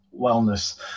wellness